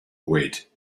wait